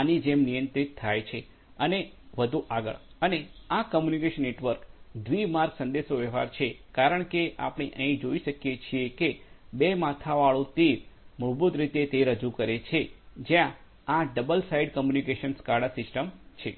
આની જેમ નિયંત્રિત થાય છે અને વધુ આગળ અને આ કમ્યુનિકેશન નેટવર્ક દ્વિ માર્ગ સંદેશાવ્યવહાર છે કારણ કે આપણે અહીં જોઈ શકીએ છીએ કે બે માથાવાળું તીર ડબલ હેડ એરો મૂળભૂત રીતે તે રજૂ કરે છે કે જ્યાં double side communication SCADA systems છે